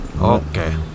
Okay